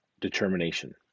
determination